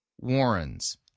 Warren's